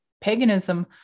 paganism